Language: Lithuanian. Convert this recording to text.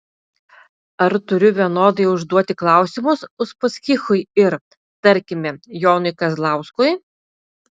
ar turiu vienodai užduoti klausimus uspaskichui ir tarkime jonui kazlauskui